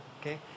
okay